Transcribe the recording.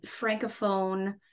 francophone